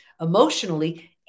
Emotionally